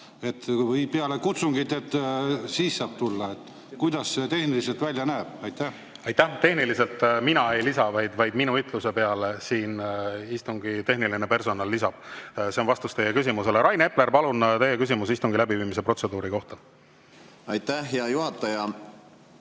või peale kutsungit, et siis saab tulla. Kuidas see tehniliselt välja näeb? Aitäh! Tehniliselt: mina ei lisa, vaid minu ütluse peale istungi tehniline personal lisab. See on vastus teie küsimusele. Rain Epler, palun, teie küsimus istungi läbiviimise protseduuri kohta! Aitäh! Tehniliselt: